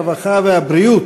הרווחה והבריאות,